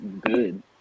good